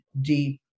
deep